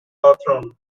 hawthorne